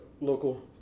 local